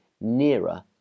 nearer